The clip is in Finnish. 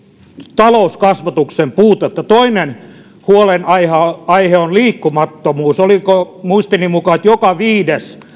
talouskasvatuksen puutetta toinen huolenaihe on liikkumattomuus muistini mukaan joka viides